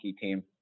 team